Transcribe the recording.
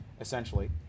essentially